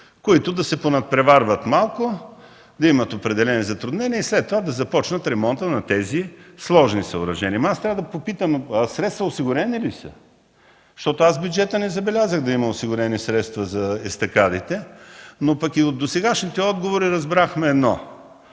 които да се понадпреварват малко, да имат определени затруднения и след това да започнат ремонта на тези сложни съоръжения. Аз трябва да попитам: средства осигурени ли са? Защото аз в бюджета не забелязах да има осигурени средства за естакадите. От досегашните отговори разбрахме едно